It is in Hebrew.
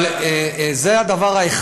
אבל זה דבר אחד.